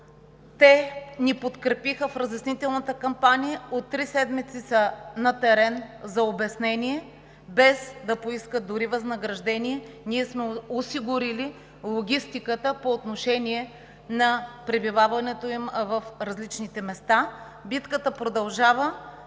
те ни подкрепиха в разяснителната кампания – от три седмици са на терен за обяснения, без да поискат дори възнаграждение. Ние сме осигурили логистиката по отношение на пребиваването им в различните места. Битката продължава